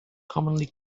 commonly